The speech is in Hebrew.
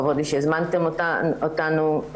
כבוד לי שהזמנתם אותנו,